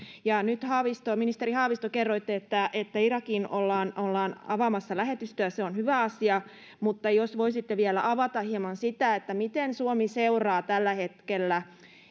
ministeri haavisto kerroitte nyt että irakiin ollaan ollaan avaamassa lähetystöä se on hyvä asia mutta jos voisitte vielä avata hieman sitä miten suomi seuraa tällä hetkellä